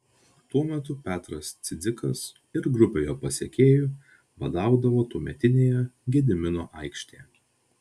tuo metu petras cidzikas ir grupė jo pasekėjų badaudavo tuometinėje gedimino aikštėje